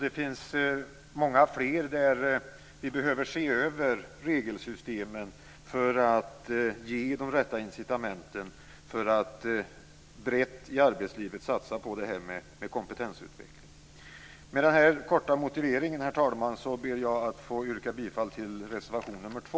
Det finns många fler där vi behöver se över regelsystemen för att ge de rätta incitamenten för att brett i arbetslivet satsa på kompetensutveckling. Med den korta motiveringen, herr talman, ber jag att få yrka bifall till reservation nr 2.